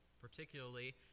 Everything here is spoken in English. particularly